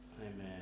Amen